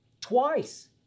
twice